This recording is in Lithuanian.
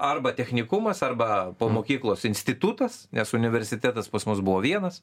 arba technikumas arba po mokyklos institutas nes universitetas pas mus buvo vienas